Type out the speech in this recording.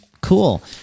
Cool